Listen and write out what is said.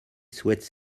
souhaite